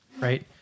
right